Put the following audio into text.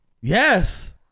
Yes